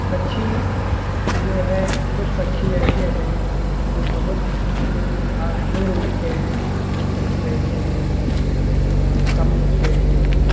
पक्षी जो है कुछ पक्षी ऐसे हैं कुछ बहुत ऊ दूर उड़ते हैं कुछ पक्षी ऐसे हैं कम उड़ते हैं